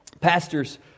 pastors